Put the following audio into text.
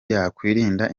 yakwirinda